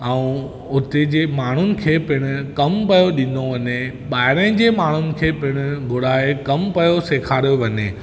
ऐं हुते जे माण्हुनि खे पिणि कमु पियो ॾिनो वञे ॿाहिरिनि जे माण्हुनि खे पिणि घुराए कमु पियो सेखारियो वञे